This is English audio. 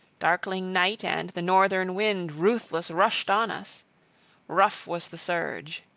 darkling night, and the northern wind ruthless rushed on us rough was the surge.